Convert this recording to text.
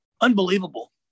Unbelievable